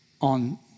On